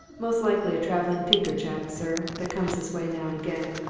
most likely a travelling tinker chap, sir, that comes this way now and again,